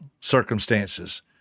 circumstances